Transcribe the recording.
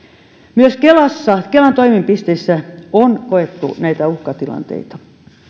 myös kelan toimipisteissä on koettu näitä uhkatilanteita